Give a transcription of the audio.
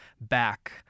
back